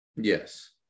Yes